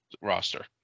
roster